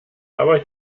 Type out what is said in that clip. aber